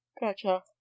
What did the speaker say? Gotcha